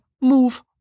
move